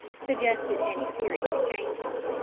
suggested any serious changes,